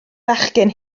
bachgen